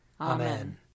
Amen